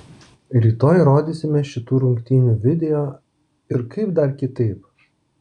rytoj rodysime šitų rungtynių video ir kaip dar kitaip